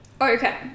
Okay